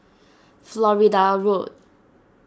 Florida Road